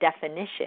definition